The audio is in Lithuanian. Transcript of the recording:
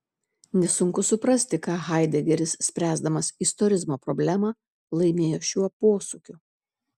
nesunku suprasti ką haidegeris spręsdamas istorizmo problemą laimėjo šiuo posūkiu